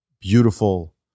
beautiful